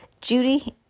Judy